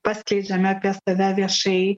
paskleidžiame apie save viešai